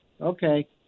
Okay